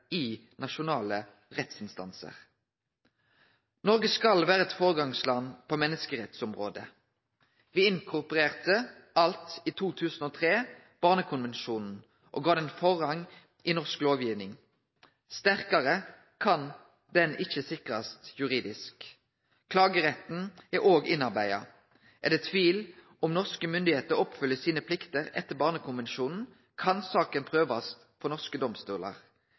i nasjonale rettsinstansar. Noreg skal vere eit føregangsland på menneskerettsområdet. Me inkorporerte alt i 2003 Barnekonvensjonen og gav han forrang i norsk lovgiving. Sterkare kan han ikkje sikrast juridisk. Klageretten er òg innarbeidd. Er det tvil om norske myndigheiter oppfyller pliktene sine etter Barnekonvensjonen, kan saka prøvast for norske domstolar.